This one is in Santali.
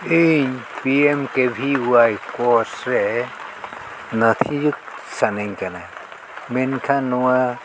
ᱤᱧ P M K V Y course ᱨᱮ ᱱᱚᱛᱷᱤᱵᱷᱩᱠᱛᱚ ᱥᱟᱱᱟᱧ ᱠᱟᱱᱟ ᱢᱮᱱᱠᱷᱟᱱ ᱱᱚᱣᱟ